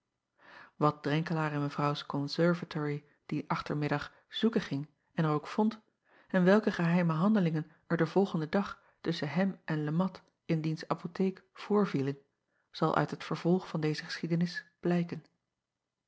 at renkelaer in evrouws conservatory dien achtermiddag zoeken ging en er ook vond en welke geheime handelingen er den volgenden dag tusschen hem en e at in diens apotheek voorvielen zal uit het vervolg van deze geschiedenis blijken